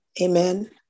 Amen